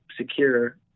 secure